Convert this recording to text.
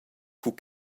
cura